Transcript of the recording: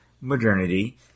modernity